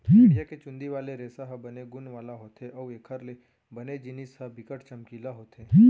भेड़िया के चुंदी वाले रेसा ह बने गुन वाला होथे अउ एखर ले बने जिनिस ह बिकट चमकीला होथे